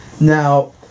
Now